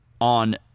on